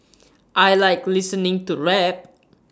I Like listening to rap